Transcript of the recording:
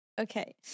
Okay